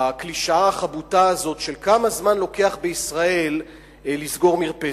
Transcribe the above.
בקלישאה החבוטה הזאת של כמה זמן לוקח בישראל לסגור מרפסת.